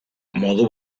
modu